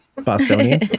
Bostonian